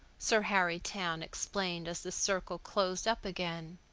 sir harry towne explained as the circle closed up again.